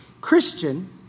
Christian